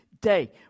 day